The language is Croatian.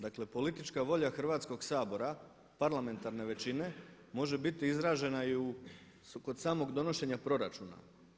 Dakle, politička volja Hrvatskog sabora, parlamentarne većine može biti izražena i kod samog donošenja proračuna.